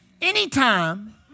Anytime